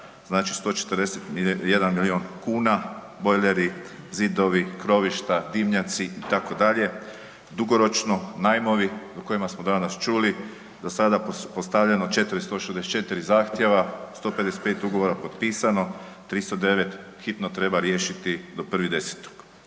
znači 141 milijun kuna, bojleri, zidovi, krovišta, dimnjaci itd., dugoročno najmovi o kojima smo danas čuli, do sada postavljeno 464 zahtjeva, 155 ugovora potpisano, 309 hitno treba riješiti do 1.10.,